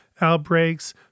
outbreaks